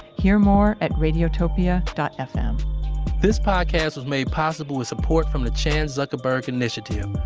hear more at radiotopia fm this podcast was made possible with support from the chan zuckerberg and initiative,